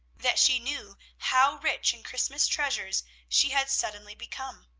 that she knew how rich in christmas treasures she had suddenly become.